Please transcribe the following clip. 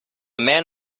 man